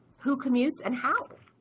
who commutes and how?